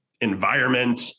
environment